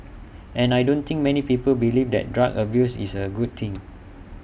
and I don't think many people believe that drug abuse is A good thing